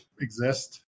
exist